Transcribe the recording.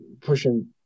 pushing